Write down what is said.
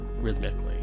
rhythmically